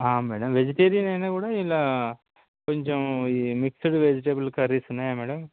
madam vegetarian అయినా కూడా ఇలా కొంచెం ఈ మిక్సిడ్ వెజిటేబుల్ కర్రీస్ ఉన్నాయా మేడమ్